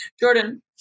jordan